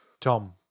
Tom